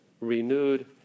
renewed